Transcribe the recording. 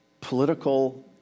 Political